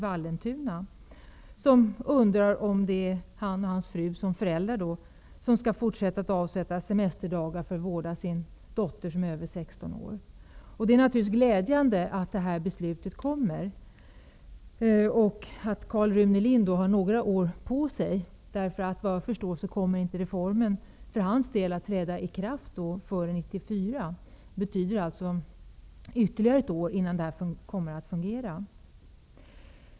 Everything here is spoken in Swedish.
Han undrar om han och hans fru som föräldrar skall fortsätta att avsätta semesterdagar för vård av sin dotter som är över 16 år. Det är glädjande att det nu kommer att fattas ett beslut i frågan. Karl-Rune Lind har dock några år på sig, för såvitt jag förstår kommer inte reformen för hans del att träda i kraft förrän 1994. Det betyder alltså ytterligare ett par år för honom innan reformen börjar fungera.